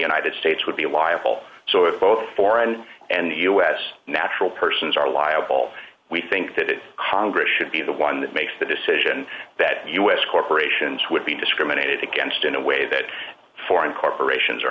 united states would be liable so if both foreign and u s natural persons are liable we think that congress should be the one that makes the decision that u s corporations would be discriminated against in a way that foreign corporations are